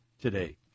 today